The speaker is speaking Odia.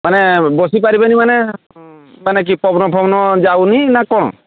ମାନେ ବସିପାରିବେନି ମାନେ ମାନେ କି ପବନ ଫବନ ଯାଉନି ନା କ'ଣ